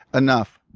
enough.